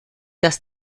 dass